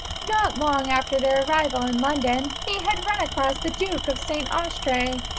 not long after their arrival in london he had run across the duke of st. austrey,